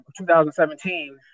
2017